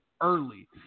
early